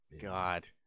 God